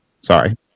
Sorry